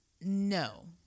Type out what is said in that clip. No